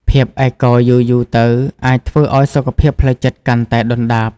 ភាពឯកោយូរៗទៅអាចធ្វើឲ្យសុខភាពផ្លូវចិត្តកាន់តែដុនដាប។